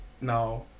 now